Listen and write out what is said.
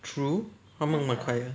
true 他们蛮快的